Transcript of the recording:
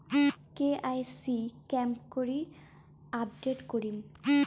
KYC কেঙ্গকরি update করিম?